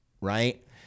right